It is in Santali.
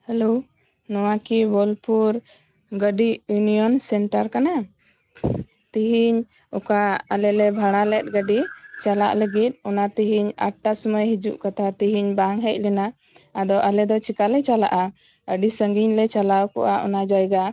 ᱦᱮᱞᱳ ᱱᱚᱣᱟ ᱠᱤ ᱵᱳᱞᱯᱩᱨ ᱜᱟᱹᱰᱤ ᱤᱭᱩᱱᱤᱭᱚᱱ ᱥᱮᱱᱴᱟᱨ ᱠᱟᱱᱟ ᱛᱤᱦᱤᱧ ᱚᱠᱟ ᱟᱞᱮ ᱞᱮ ᱵᱷᱟᱲᱟ ᱞᱮᱫ ᱜᱟᱹᱰᱤ ᱪᱟᱞᱟᱜ ᱞᱟᱹᱜᱤᱫ ᱚᱱᱟ ᱛᱮᱦᱮᱧ ᱟᱴ ᱴᱟ ᱥᱩᱢᱟᱹᱭ ᱦᱤᱡᱩᱜ ᱠᱟᱛᱷᱟ ᱛᱤᱦᱤᱧ ᱵᱟᱝ ᱦᱮᱡ ᱞᱮᱱᱟ ᱟᱫᱚ ᱟᱞᱮ ᱫᱚ ᱪᱮᱠᱟ ᱞᱮ ᱪᱟᱞᱟᱜᱼᱟ ᱟᱹᱰᱤ ᱥᱟᱸᱜᱤᱧ ᱞᱮ ᱪᱟᱞᱟᱣ ᱠᱚᱜᱼᱟ ᱚᱱᱟ ᱡᱟᱭᱜᱟ